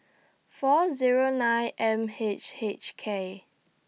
four Zero nine M H H K